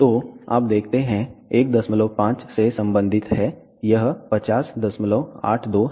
तो आप देखते हैं 15 से संबंधित है यह 5082 है